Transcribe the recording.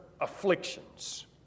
afflictions